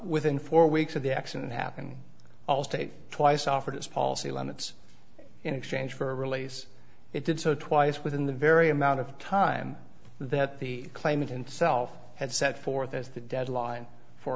within four weeks of the accident happened allstate twice offered its policy limits in exchange for release it did so twice within the very amount of time that the claimant in self and set forth as the deadline for